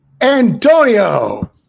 Antonio